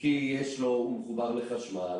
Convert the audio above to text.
כי הוא מחובר לחשמל,